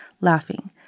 laughing